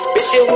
Bitch